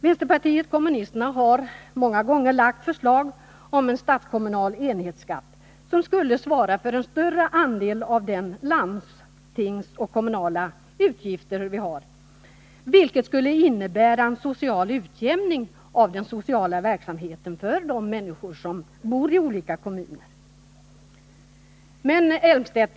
Vänsterpartiet kommunisterna har många gånger lagt fram förslag om en statskommunal enhetsskatt, som skulle svara för en större andel av landstingens och kommunernas utgifter. Det skulle innebära en utjämning av den sociala verksamheten för människorna i olika kommuner.